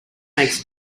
makes